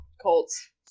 Colts